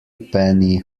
penny